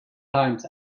times